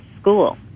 school